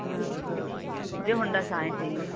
हाँ हाँ मुझे होंडा शाइन चाहिए